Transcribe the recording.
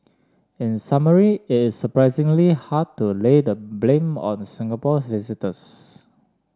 in summary it is surprisingly hard to lay the blame on Singapore visitors